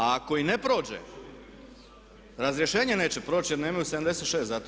A ako i ne prođe razrješenje neće proći jer nemaju 76 za to.